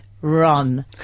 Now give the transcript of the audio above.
run